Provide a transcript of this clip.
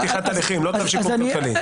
לא צו שיקום כלכלי.